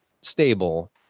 stable